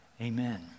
Amen